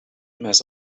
mess